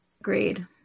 Agreed